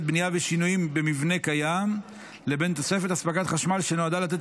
בנייה ושינויים במבנה קיים לבין תוספת אספקת חשמל שנועדה לתת